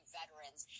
veterans